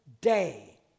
day